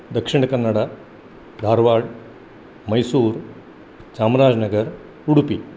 Dakshina Kannada Dharwad Mysore Chamarajanagar Udupi